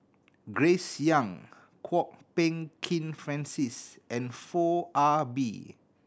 Grace Young Kwok Peng Kin Francis and Foo Ah Bee